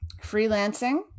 freelancing